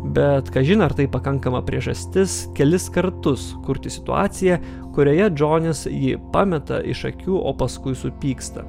bet kažin ar tai pakankama priežastis kelis kartus kurti situaciją kurioje džonis jį pameta iš akių o paskui supyksta